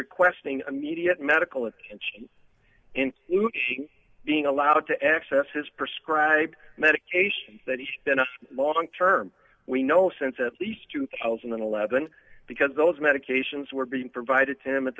requesting immediate medical attention and being allowed to access his prescribe medications that he's been a long term we know since at least two thousand and eleven because those medications were being provided to him at